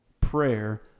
prayer